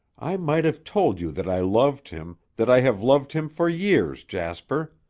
i might have told you that i loved him, that i have loved him for years, jasper.